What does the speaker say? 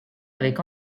avec